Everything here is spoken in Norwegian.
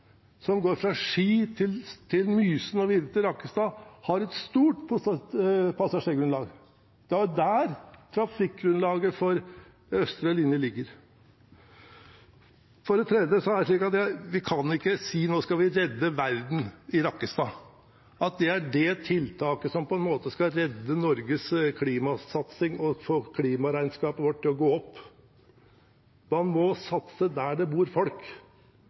som går fra Ski til Mysen og videre til Rakkestad, har et stort passasjergrunnlag. Det er der trafikkgrunnlaget for østre linje ligger. Vi kan ikke si at nå skal vi redde verden i Rakkestad, at det er det tiltaket som skal redde Norges klimasatsing og få klimaregnskapet vårt til å gå opp. Man må satse der det bor folk.